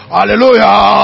Hallelujah